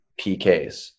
PKs